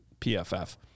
pff